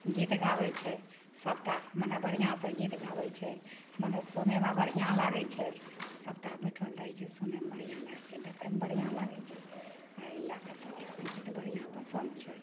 गीत गाबैत छै सबटा मने बढ़ियाँसँ गीत गाबै छै मने सुनैमे बढ़ियाँ लागैत छै सबटा बैठल रहै छै सुनैमे बढ़िआँ लागैत छै देखैमे बढ़िआँ लागैत छै एहि लऽ कऽ सबटाके गीत बढ़िआँ पसंद छै